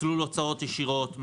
מסלול הוצאות ישירות,